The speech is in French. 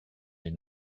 les